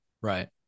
right